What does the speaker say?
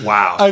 Wow